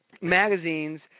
magazines